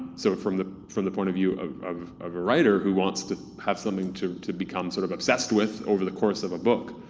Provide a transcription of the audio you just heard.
so from the from the point of view of of a writer who wants to have something to to become sort of obsessed with over the course of a book,